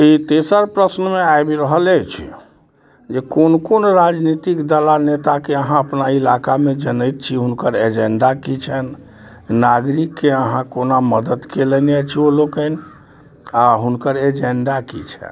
ई तेसर प्रश्नमे आबी रहल अछि जे कोन कोन राजनीतिक दल आओर नेताके अहाँ अपना इलाकामे जनैत छी हुनकर एजेंडा की छनि नागरिकके अहाँ कोना मदद कयलनि अछि ओ लोकनि आओर हुनकर एजेंडा की छनि